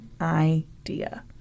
idea